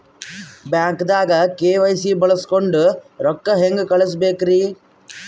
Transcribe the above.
ಬ್ಯಾಂಕ್ದಾಗ ಕೆ.ವೈ.ಸಿ ಬಳಸ್ಕೊಂಡ್ ರೊಕ್ಕ ಹೆಂಗ್ ಕಳಸ್ ಬೇಕ್ರಿ?